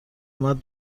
اومد